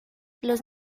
los